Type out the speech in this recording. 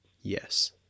yes